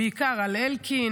בעיקר על אלקין,